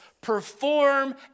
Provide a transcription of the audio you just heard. perform